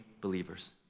believers